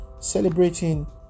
celebrating